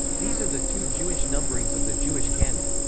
these are the two jewish numberings of the jewish canon.